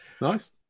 Nice